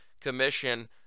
Commission